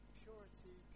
purity